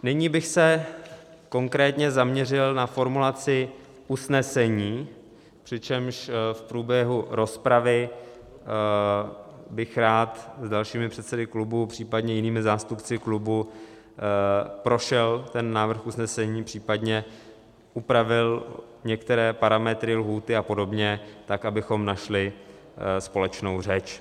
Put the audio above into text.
Nyní bych se konkrétně zaměřil na formulaci usnesení, přičemž v průběhu rozpravy bych rád s dalšími předsedy klubů, případně jinými zástupci klubů, prošel ten návrh usnesení, případně upravil některé parametry, lhůty a podobně, tak abychom našli společnou řeč.